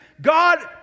God